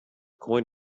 coin